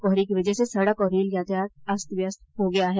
कोहरे की वजह से सड़क और रेल यातायात अस्त व्यस्त हो गया है